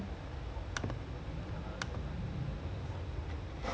what fernando sala jorge it's just basically just running out there